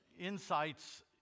Insights